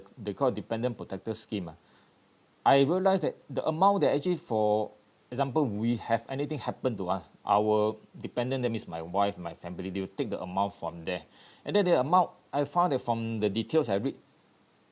the account dependent protection scheme uh I realised that the amount that actually for example we have anything happen to us our dependent that means my wife my family they will take the amount from there and then the amount I found that from the details I read